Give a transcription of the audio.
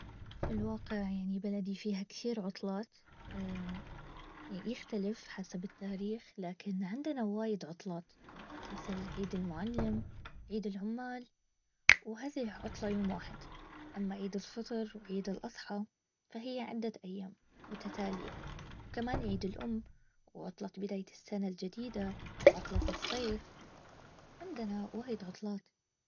في الواقع يعني بلدي فيها كثير عطلات يختلف حسب التاريخ لكن عندنا وايد عطلات. مثل عيد المعلم عيد العمال. وهذه عطلة يوم واحد. اما عيد الفطر وعيد الاضحى. فهي عدة ايام. متتالية. وكمان الام وعطله بداية السنة الجديدة وعطلة الصيف. عندنا وايد عطلات